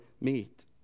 meet